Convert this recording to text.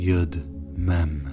Yud-Mem